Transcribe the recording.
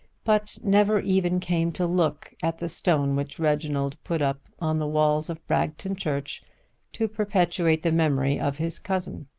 but never even came to look at the stone which reginald put up on the walls of bragton church to perpetuate the memory of his cousin.